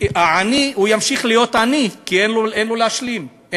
העני ימשיך להיות עני כי אין להם להשלים,